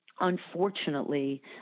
Unfortunately